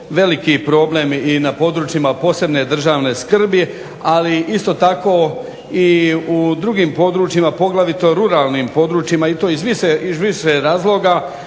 veliki problem i na područjima posebne državne skrbi ali isto tako i u drugim područjima poglavito ruralnim područjima i to iz više razloga,